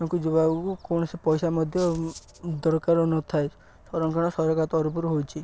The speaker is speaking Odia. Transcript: ଏଠାକୁ ଯିବାକୁ କୌଣସି ପଇସା ମଧ୍ୟ ଦରକାର ନଥାଏ ସଂରକ୍ଷଣ ସରକାର ତରଫରୁ ହେଉଛି